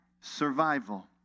survival